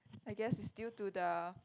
I guess it's due to the